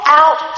out